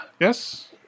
Yes